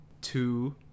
two